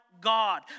God